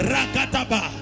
Rakataba